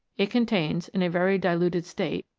it contains, in a very diluted state,